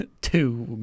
two